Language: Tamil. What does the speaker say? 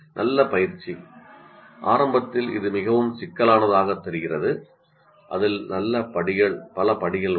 நல்ல பயிற்சி ஆரம்பத்தில் இது மிகவும் சிக்கலானதாகத் தெரிகிறது அதில் பல படிகள் உள்ளன